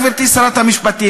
גברתי שרת המשפטים,